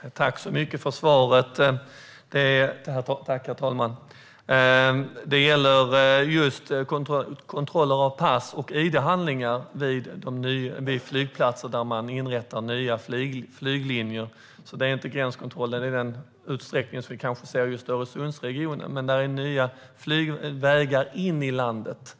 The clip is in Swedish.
Herr talman! Tack så mycket för svaret! Det gäller just kontroller av pass och id-handlingar vid flygplatser där man inrättar nya flyglinjer. Det är alltså inte gränskontroller i den utsträckning som vi kanske ser just i Öresundsregionen. Men det är nya flygvägar in i landet.